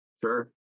Sure